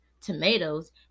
tomatoes